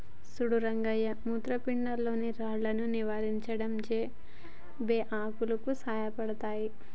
సుడు రంగ మూత్రపిండాల్లో రాళ్లను నివారించడంలో బే ఆకులు సాయపడతాయి